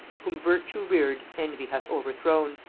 whom virtue reared envy hath overthrown,